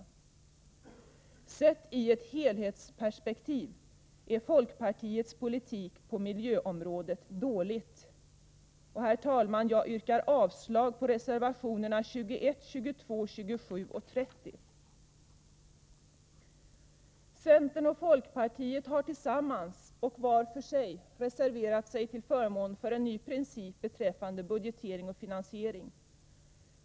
Sedd i ett helhetsperspektiv är folkpartiets politik på miljöområdet dålig. Herr talman! Jag yrkar avslag på reservationerna 21, 22, 27 och 30. Centern och folkpartiet har tillsammans och var för sig reserverat sig till förmån för en ny princip beträffande budgetering och finansiering.